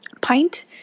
pint